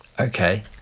okay